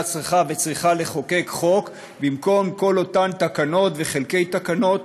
צריכה לחוקק חוק במקום כל אותן תקנות וחלקי-תקנות,